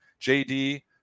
JD